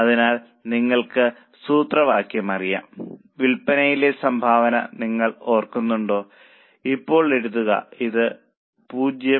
അതിനാൽ നിങ്ങൾക്ക് സൂത്രവാക്യം അറിയാം വിൽപ്പനയിലെ സംഭാവന നിങ്ങൾ ഓർക്കുന്നുണ്ടോ ഇപ്പോൾ എഴുതുക ഇത് 0